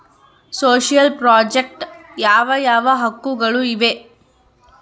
Social project ಯಾವ ಯಾವ ಹಕ್ಕುಗಳು ಇವೆ?